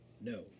No